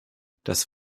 das